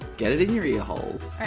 get it in your ear holes.